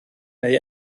neu